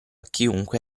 chiunque